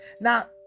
Now